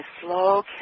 slow